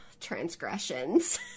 transgressions